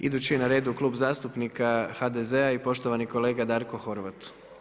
Idući je na redu Klub zastupnika HDZ-a i poštovani kolega Darko Horvat.